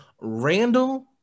Randall